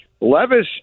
Levis